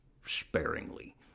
sparingly